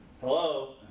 hello